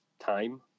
time